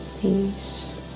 peace